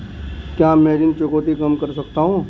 क्या मैं ऋण चुकौती कम कर सकता हूँ?